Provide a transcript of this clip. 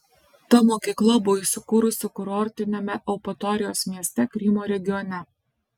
ta mokykla buvo įsikūrusi kurortiniame eupatorijos mieste krymo regione